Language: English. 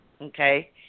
Okay